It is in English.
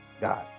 God